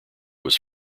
was